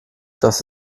das